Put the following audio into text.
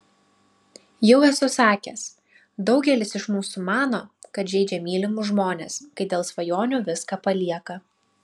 jau esu sakęs daugelis iš mūsų mano kad žeidžia mylimus žmones kai dėl svajonių viską palieka